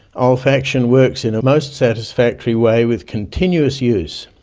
olfaction works in a most satisfactory way with continuous use,